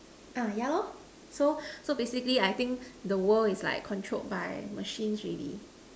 ah yeah loh so so basically I think the world is like controlled by machines already